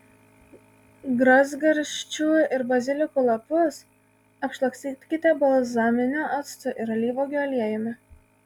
gražgarsčių ir bazilikų lapus apšlakstykite balzaminiu actu ir alyvuogių aliejumi